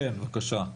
כן, בבקשה.